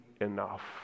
enough